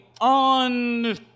on